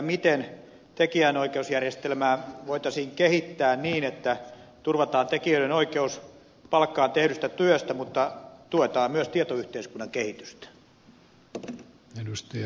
miten tekijänoikeusjärjestelmää voitaisiin kehittää niin että turvataan tekijöiden oikeus palkkaan tehdystä työstä mutta tuetaan myös tietoyhteiskunnan kehitystä